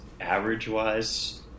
average-wise